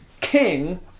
king